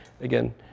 again